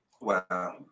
Wow